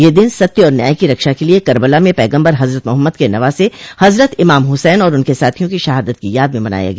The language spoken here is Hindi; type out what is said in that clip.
यह दिन सत्य और न्याय की रक्षा के लिए करबला में पैगम्बर हजरत माहम्मद के नवासे हजरत इमाम हुसैन और उनके साथियों की शहादत की याद में मनाया गया